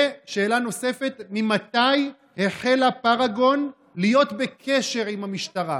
ושאלה נוספת: מתי החלה פאראגון להיות בקשר עם המשטרה?